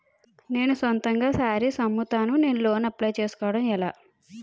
నేను సొంతంగా శారీస్ అమ్ముతాడ, నేను లోన్ అప్లయ్ చేసుకోవడం ఎలా?